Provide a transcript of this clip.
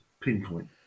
pinpoint